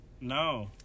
No